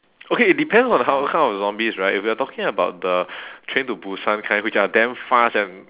okay it depends on how what kind of zombies right if we are talking about the train to busan kind which are damn fast and